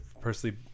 personally